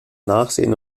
nachsehen